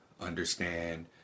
understand